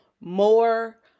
more